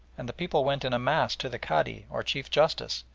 and the people went in a mass to the cadi, or chief justice,